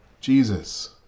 Jesus